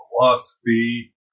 philosophy